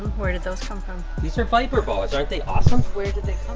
where did those come from? these are viper boas, aren't they awesome? where did they